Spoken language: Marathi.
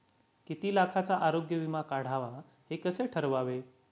किती लाखाचा आरोग्य विमा काढावा हे कसे ठरवावे?